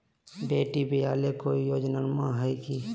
बेटी ब्याह ले कोई योजनमा हय की?